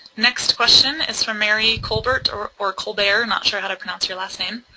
next question is from mary colbert or or colbert, not sure how to pronounce your last name,